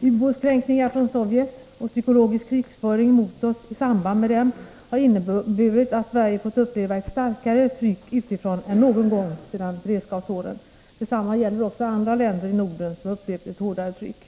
Ubåtskränkningar från Sovjet och psykologisk krigföring mot oss i samband med dessa har inneburit att Sverige fått uppleva ett starkare tryck utifrån än någon gång sedan beredskapsåren. Detsamma gäller också andra länder i Norden, som har upplevt ett hårdare tryck.